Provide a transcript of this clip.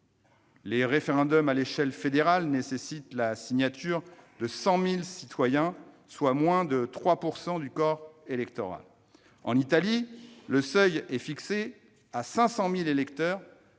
les référendums à l'échelle fédérale nécessitent la signature de 100 000 citoyens, soit moins de 3 % du corps électoral. En Italie, le seuil est fixé à 500 000 électeurs,